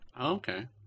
Okay